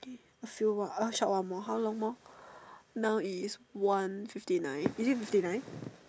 okay a few more a short one more how long more now is one fifty nine is it fifty nine